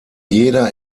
jeder